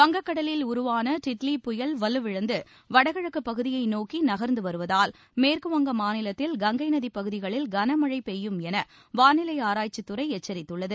வங்கக்கடலில் உருவான டிட்லி புயல் வலுவிழந்து வடகிழக்கு பகுதியை நோக்கி நகர்ந்து வருவதால் மேற்கு வங்க மாநிலத்தில் கங்கை நதி பகுதிகளில் கன மழை பெய்யும் என வானிலை ஆராய்ச்சித் துறை எச்சரித்துள்ளது